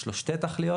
יש לו שתי תכליות,